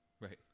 Right